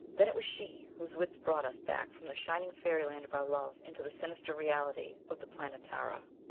then it was she whose wits brought us back from the shining fairyland of our love, into the sinister reality of the planetara.